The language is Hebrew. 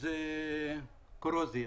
זה קורוזיה